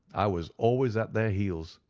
i was always at their heels.